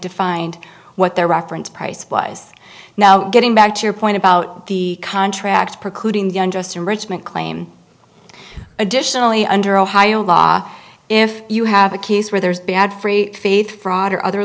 defined what their reference price applies now getting back to your point about the contract precluding going just enrichment claim additionally under ohio law if you have a case where there's bad free faith fraud or other